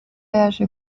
yaje